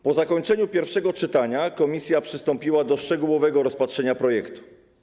Po zakończeniu pierwszego czytania komisja przystąpiła do szczegółowego rozpatrzenia projektu.